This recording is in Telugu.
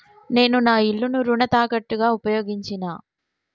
నేను నా ఇల్లును రుణ తాకట్టుగా ఉపయోగించినా